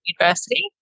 University